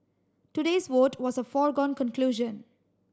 today's vote was a foregone conclusion